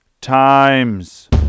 times